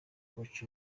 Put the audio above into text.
koch